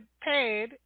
paid